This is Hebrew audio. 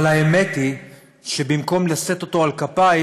אבל האמת היא שבמקום לשאת אותו על כפיים,